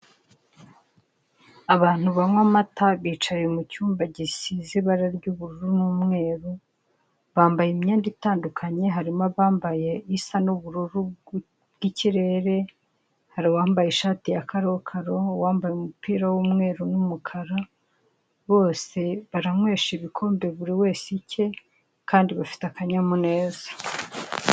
Abantu banywa amata bicaye mucyumba gisa ubururu n'umweru, bambaye imyenda itandukanye, harimo uwambaye ishati y'ubururu bw'ikirere, hari uwambaye ishati ya karokaro, uwambaye umupira w'umweru n'umukara, bose baranywesha ibikombe buriwese kimwe kimwe kandi bafite akanyamuneza.